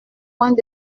point